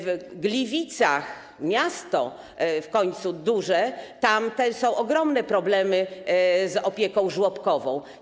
W Gliwicach - miasto w końcu duże - też są ogromne problemy z opieką żłobkową.